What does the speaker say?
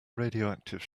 radioactive